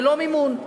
ללא מימון,